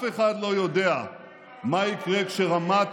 לשמור על